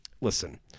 Listen